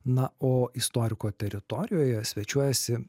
na o istoriko teritorijoje svečiuojasi